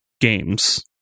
games